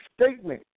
statement